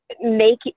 make